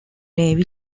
navy